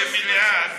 המליאה.